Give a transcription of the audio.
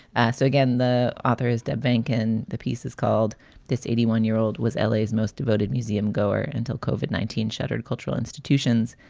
asked again, the author is that bank and the piece is called this eighty one year old was alays, most devoted museum goer until cauvin, nineteen shattered cultural institutions.